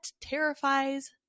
terrifies